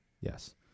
yes